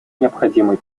необходимы